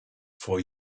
for